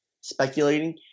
speculating